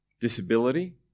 disability